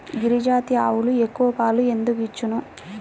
గిరిజాతి ఆవులు ఎక్కువ పాలు ఎందుకు ఇచ్చును?